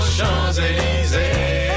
Champs-Élysées